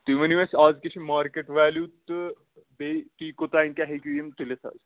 تُہۍ ؤنِو اَسہِ اَز کیٛاہ چِھ مارکیٚٹ ویلیو تہٕ بیٚیہِ تُہۍ کوتام کیٛاہ ہیٚکِو یم تُلِتھ حظ